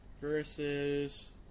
versus